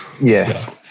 Yes